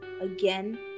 again